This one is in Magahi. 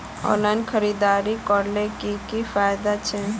ऑनलाइन खरीदारी करले की की फायदा छे?